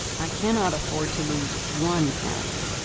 i cannot afford to lose one hour.